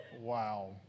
Wow